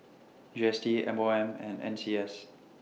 G S T M O M and N C S